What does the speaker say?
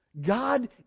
God